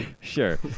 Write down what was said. sure